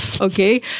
okay